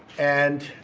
and